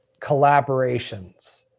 collaborations